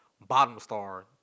bottom-star